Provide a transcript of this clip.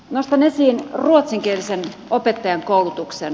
nostan esiin ruotsinkielisen opettajankoulutuksen